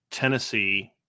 Tennessee